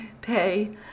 pay